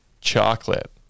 chocolate